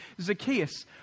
Zacchaeus